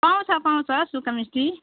पाउँछ पाउँछ सुक्खा मिस्टी